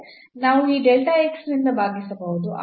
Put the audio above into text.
ನಾವು ಈ ನಿಂದ ಭಾಗಿಸಬಹುದು